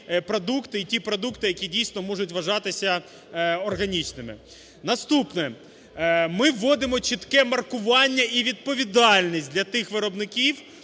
і ті продукти, які дійсно можуть вважатися органічними. Наступне. Ми вводимо чітке маркування і відповідальність для тих виробників,